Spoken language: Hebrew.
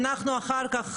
אנחנו אחר כך